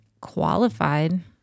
qualified